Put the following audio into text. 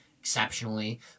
exceptionally